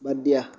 বাদ দিয়া